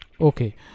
Okay